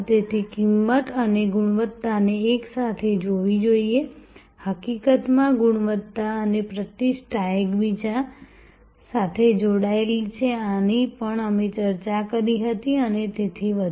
તેથી કિંમત અને ગુણવત્તાને એકસાથે જોવી જોઈએ હકીકતમાં ગુણવત્તા અને પ્રતિષ્ઠા એકબીજા સાથે જોડાયેલી છે આની પણ અમે ચર્ચા કરી હતી અને તેથી વધુ